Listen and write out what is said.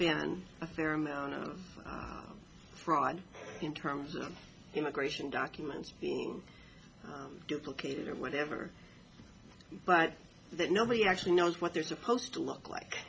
been a fair amount of fraud in terms of immigration documents duplicated or whatever but that nobody actually knows what they're supposed to look like